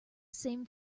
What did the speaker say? same